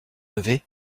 levée